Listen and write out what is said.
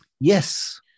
Yes